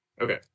Okay